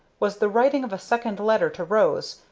was the writing of a second letter to rose,